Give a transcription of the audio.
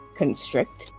constrict